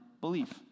belief